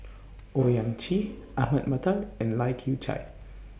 Owyang Chi Ahmad Mattar and Lai Kew Chai